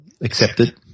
accepted